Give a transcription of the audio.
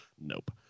Nope